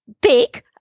big